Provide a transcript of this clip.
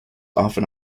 often